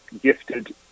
gifted